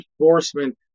enforcement